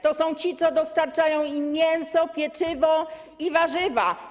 To są ci, którzy dostarczają im mięso, pieczywo i warzywa.